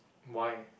why